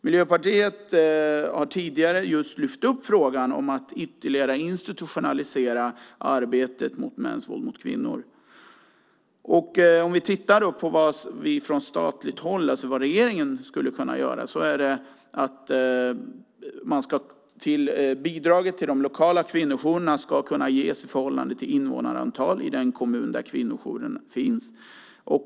Miljöpartiet har tidigare lyft fram frågan om att ytterligare institutionalisera arbetet med mäns våld mot kvinnor. Vad regeringen skulle kunna göra är att se till att bidragen till de lokala kvinnojourernas ska ges i förhållande till invånarantal i den kommun där kvinnojouren finns.